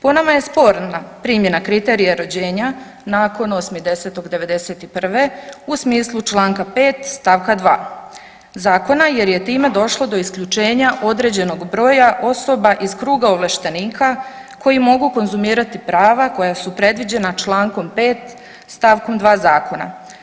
Po nama je sporna primjena kriterija rođenja nakon 8.10.'91. u smislu čl. 5. st. 2. zakona jer je time došlo do isključenja određenog broja osoba iz kruga ovlaštenika koji mogu konzumirati prava koja su predviđena čl. 5. st. 2. zakona.